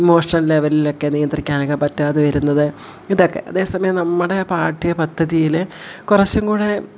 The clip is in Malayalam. ഇമോഷൻ ലെവലിലൊക്കെ നിയന്ത്രിക്കാനൊക്കെ പറ്റാതെ വരുന്നത് ഇതൊക്കെ അതേ സമയം നമ്മുടെ പാഠ്യ പദ്ധതിയിൽ കുറച്ചും കൂടി